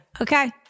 Okay